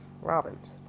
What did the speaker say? Robins